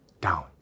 down